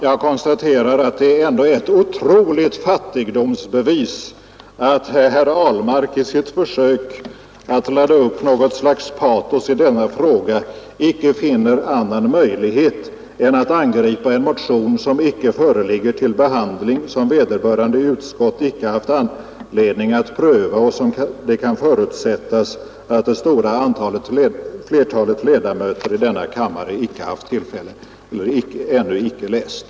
Jag konstaterar att det ändå är ett otroligt fattigdomsbevis att herr Ahlmark i sitt försök att ladda upp någon sorts patos i denna fråga icke finner annan möjlighet än att angripa en motion som inte föreligger till behandling och som vederbörande utskott inte har haft anledning att pröva och som det kan förutsättas att flertalet ledamöter i denna kammare ännu inte har läst.